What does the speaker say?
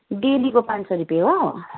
ए डेलीको पाँच सौ रुपियाँ हो